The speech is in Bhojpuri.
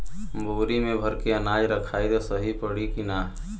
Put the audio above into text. बोरी में भर के अनाज रखायी त सही परी की ना?